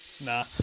Nah